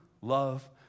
love